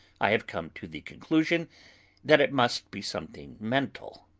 i have come to the conclusion that it must be something mental.